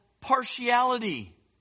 partiality